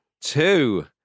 Two